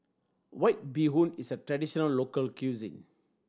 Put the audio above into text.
White Bee Hoon is a traditional local cuisine